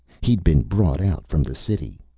he'd been brought out from the city.